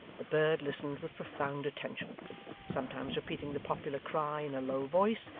the bird listened with profound attention sometimes repeating the popular cry in a low voice,